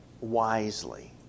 wisely